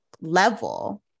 level